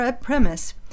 premise